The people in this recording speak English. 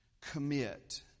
Commit